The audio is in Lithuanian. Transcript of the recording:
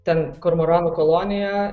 ten kormoranų kolonija